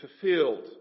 fulfilled